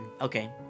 Okay